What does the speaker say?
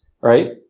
right